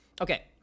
Okay